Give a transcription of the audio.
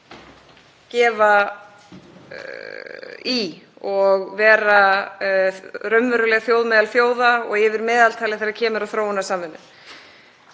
gefa í og vera raunveruleg þjóð meðal þjóða og yfir meðaltali þegar kemur að þróunarsamvinnu.